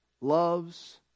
loves